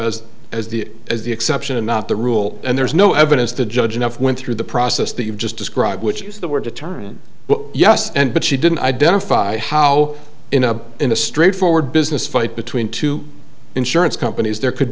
as as the as the exception and not the rule and there's no evidence the judge enough went through the process that you've just described which is that were determined yes and but she didn't identify how in a in a straightforward business fight between two insurance companies there could